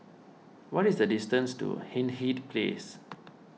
what is the distance to Hindhede Place